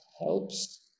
helps